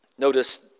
Notice